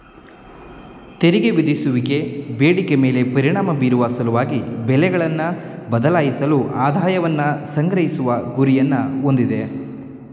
ತೆರಿಗೆ ವಿಧಿಸುವಿಕೆ ಬೇಡಿಕೆ ಮೇಲೆ ಪರಿಣಾಮ ಬೀರುವ ಸಲುವಾಗಿ ಬೆಲೆಗಳನ್ನ ಬದಲಾಯಿಸಲು ಆದಾಯವನ್ನ ಸಂಗ್ರಹಿಸುವ ಗುರಿಯನ್ನ ಹೊಂದಿದೆ